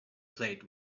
plate